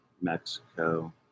mexico